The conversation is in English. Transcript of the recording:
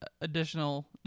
additional